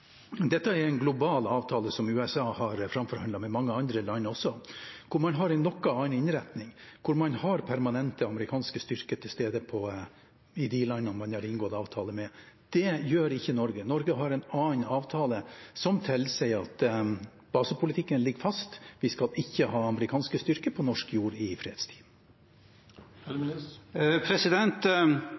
dette er en global avtale som USA har framforhandlet med mange andre land, hvor man har en noe annen innretning, hvor man har permanente amerikanske styrker til stede i de landene man har inngått avtale med. Det gjør ikke Norge. Norge har en annen avtale som tilsier at basepolitikken ligger fast, og at vi ikke skal ha amerikanske styrker på norsk jord i fredstid.